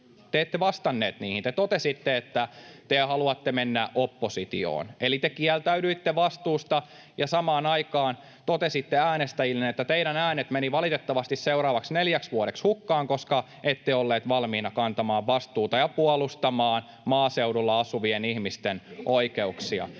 Te ette vastanneet niihin, te totesitte, että te haluatte mennä oppositioon. Eli te kieltäydyitte vastuusta ja samaan aikaan totesitte äänestäjillenne, että teidän äänenne menivät valitettavasti seuraavaksi neljäksi vuodeksi hukkaan, koska ette olleet valmiina kantamaan vastuuta ja puolustamaan maaseudulla asuvien ihmisten oikeuksia.